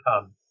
come